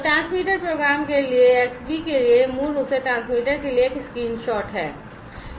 तो transmitter program के लिए Xbee के लिए यह मूल रूप से ट्रांसमीटर के लिए एक स्क्रीनशॉट है